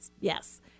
Yes